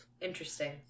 Interesting